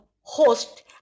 host